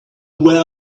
where